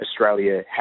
Australia